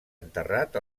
enterrat